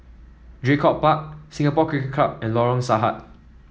Draycott Park Singapore Cricket Club and Lorong Sarhad